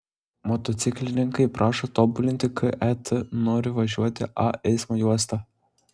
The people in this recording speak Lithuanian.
motociklininkai prašo tobulinti ket nori važiuoti a eismo juosta